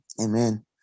Amen